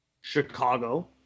Chicago